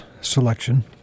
selection